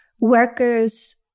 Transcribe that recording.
workers